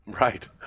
Right